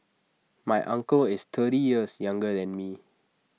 my uncle is thirty years younger than me